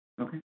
Okay